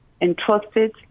entrusted